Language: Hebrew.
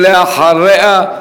אחריה,